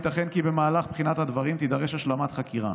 ייתכן כי במהלך בחינת הדברים תידרש השלמת חקירה.